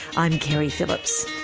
i'm keri phillips.